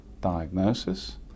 diagnosis